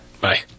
Bye